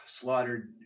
slaughtered